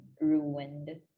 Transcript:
ruined